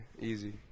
Easy